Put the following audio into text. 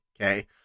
Okay